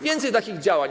Więcej takich działań.